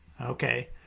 Okay